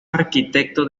arquitecto